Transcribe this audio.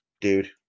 dude